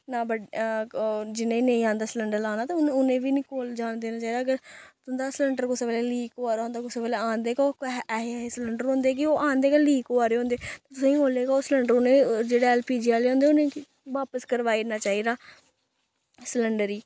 नां बड्ड जिनेंगी नेईं औंदा सलैंडर लाना ते उन उ'नेंगी बी निं कोल जान देना चाहिदा अगर तुंदा सलैंडर कुसै बेल्लै लीक होआ दा होंदा कुसै बेल्लै औंदे गै ओह् ऐसे ऐसे सलैंडर होंदे कि ओह् औंदे गै लीक होआ दे होंदे तुसेंगी ओल्लै गै ओह् सलैंडर उ'नेंगी जेह्ड़े ऐल्ल पी जी आह्ले होंदे उ'नेंगी बापस करोआई ओड़ना चाहिदा सलैंडर गी